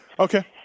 Okay